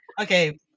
Okay